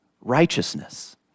righteousness